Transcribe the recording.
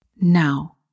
now